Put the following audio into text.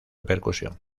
repercusión